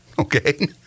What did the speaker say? okay